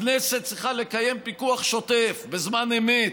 הכנסת צריכה לקיים פיקוח שוטף בזמן אמת,